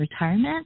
retirement